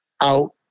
out